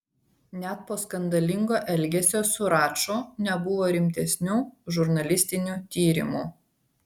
net po skandalingo elgesio su raču nebuvo rimtesnių žurnalistinių tyrimų